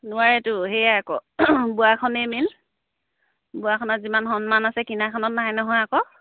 নোৱাৰেতো সেয়াই আকৌ বোৱাখনেই মেইন বোৱাখনত যিমান সন্মান আছে কিনাখনত নাই নহয় আকৌ